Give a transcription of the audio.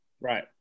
Right